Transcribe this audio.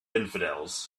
infidels